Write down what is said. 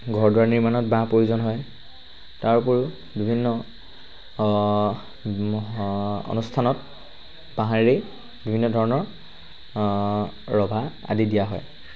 ঘৰ দুৱাৰ নিৰ্মাণত বাঁহ প্ৰয়োজন হয় তাৰ উপৰিও বিভিন্ন অনুষ্ঠানত বাঁহেৰেই বিভিন্ন ধৰণৰ ৰভা আদি দিয়া হয়